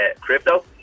crypto